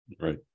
Right